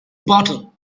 bottle